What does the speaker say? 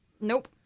Nope